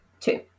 two